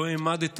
לא העמדת